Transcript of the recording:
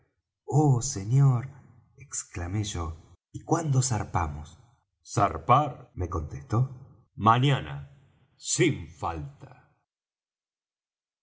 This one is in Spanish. oh señor exclamé yo y cuándo zarpamos zarpar me contestó mañana sin falta